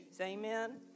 Amen